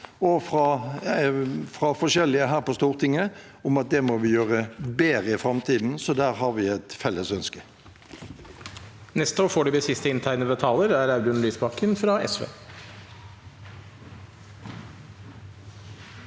og forskjellige her på Stortinget om at vi må gjøre det bedre i framtiden. Der har vi et felles ønske.